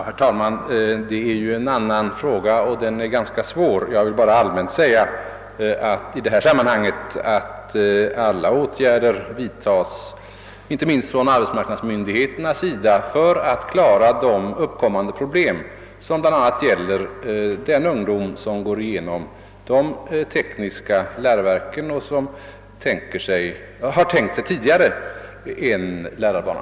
Herr talman! Den nya fråga som fru Renström-Ingenäs nu tog upp är ganska svår att besvara. Jag vill bara allmänt säga att alla åtgärder vidtas, inte minst av arbetsmarknadsmyndigheterna, för att lösa de problem som uppstår bl.a. för den ungdom som går igenom de tekniska läroverken och tidigare har tänkt sig en lärarbana.